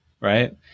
right